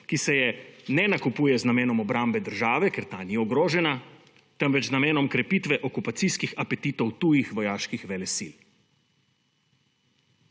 ki se je ne nakupuje z namenom obrambe države, ker ta ni ogrožena, temveč z namenom krepitve okupacijskih apetitov tujih vojaških velesil.